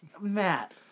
Matt